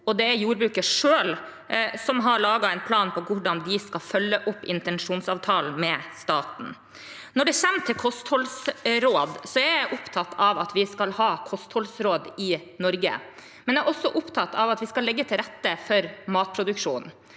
det er jordbruket selv som har laget en plan for hvordan de skal følge opp intensjonsavtalen med staten. Når det kommer til kostholdsråd, er jeg opptatt av at vi skal ha kostholdsråd i Norge, men jeg er også opptatt av at vi skal legge til rette for matproduksjon.